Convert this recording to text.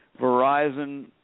Verizon